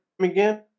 again